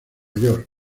york